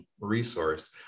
resource